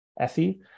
ETHI